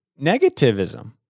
negativism